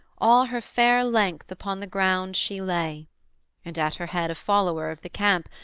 all her fair length upon the ground she lay and at her head a follower of the camp,